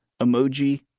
emoji